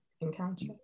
encounter